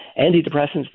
antidepressants